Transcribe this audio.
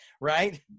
right